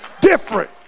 different